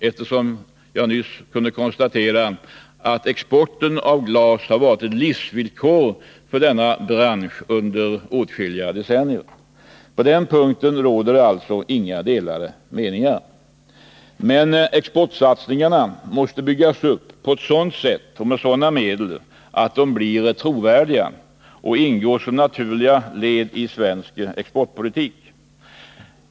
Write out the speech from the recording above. Jag har nyss konstaterat att exporten av glas under åtskilliga decennier varit ett livsvillkor för denna bransch. Därom råder inga delade meningar. Men exportsatsningarna måste byggas upp på ett sådant sätt och med sådana medel att de blir trovärdiga och kan ingå som ett naturligt led i svensk exportpolitik.